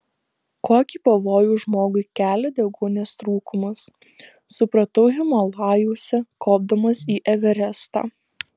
kokį pavojų žmogui kelia deguonies trūkumas supratau himalajuose kopdamas į everestą